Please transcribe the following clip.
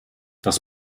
das